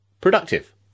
productive